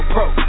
Pro